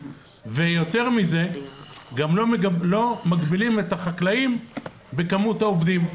ויותר מזה גם לא מגבילים את החקלאים בכמות העובדים.